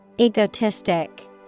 Egotistic